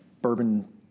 bourbon